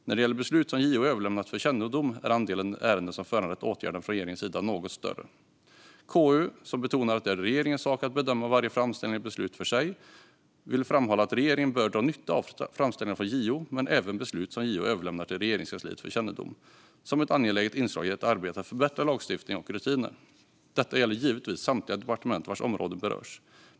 När det gäller beslut som JO överlämnat för kännedom är andelen ärenden som föranlett åtgärder från regeringens sida något större. KU, som betonar att det är regeringens sak att bedöma varje framställning eller beslut för sig, vill framhålla att regeringen bör dra nytta av framställningarna från JO men även beslut som JO överlämnar till Regeringskansliet för kännedom som ett angeläget inslag i arbetet med att förbättra lagstiftning och rutiner. Detta gäller givetvis samtliga departement vars områden berörs.